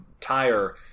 tire